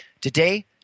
Today